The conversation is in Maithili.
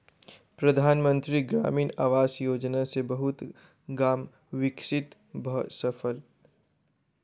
प्रधान मंत्री ग्रामीण आवास योजना सॅ बहुत गाम विकसित भअ सकल